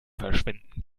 verschwinden